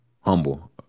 humble